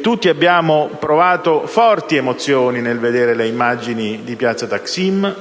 Tutti abbiamo provato forti emozioni nel vedere le immagini di piazza Taksim: